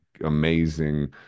amazing